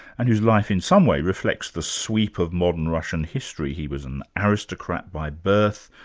and his life in some way reflects the sweep of modern russian history he was an aristocrat by birth,